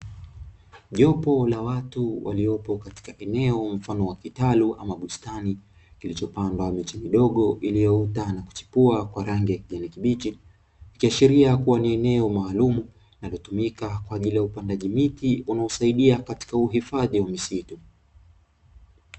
Jopo la watu waliopo katika eneo mfano wa kitalu ama bustani kilichopandwa miche midogo iliyoota na kuchipua kwa rangi ya kijani kibichi, ikiashiria kuwa ni eneo maalumu linalotumika kwa ajili ya upandaji miti unaosaidia katika uhifadhi wa misitu.